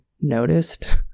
noticed